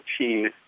14